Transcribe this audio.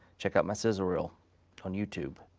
check out my sizzle reel on youtube.